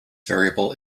variable